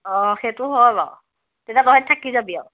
অঁ সেইটো হয় বাৰু তেতিয়া তহঁত থাকি যাবি আৰু